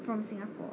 from singapore